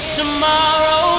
tomorrow